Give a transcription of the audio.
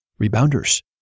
rebounders